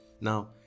Now